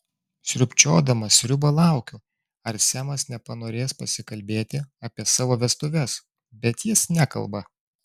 sriubčiodama sriubą laukiu ar semas nepanorės pasikalbėti apie savo vestuves bet jis nekalba